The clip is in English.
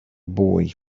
boy